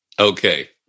Okay